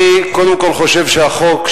אני קודם כול חושב שהחוק,